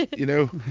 you know.